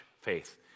faith